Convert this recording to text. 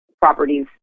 properties